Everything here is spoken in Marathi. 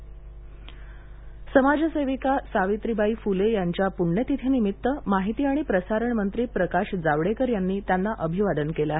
सावित्रीबाई फुले समाजसेविका सावित्रीबाई फुले यांच्या पुण्यतिथी निमित्त माहिती आणि प्रसारण मंत्री प्रकाश जावडेकर यांनी त्यांना अभिवादन केलं आहे